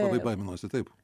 labai baiminuosi taip